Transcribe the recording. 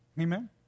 Amen